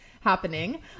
happening